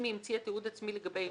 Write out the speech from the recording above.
אם היא המציאה תיעוד עצמי לגבי ישות,